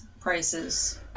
prices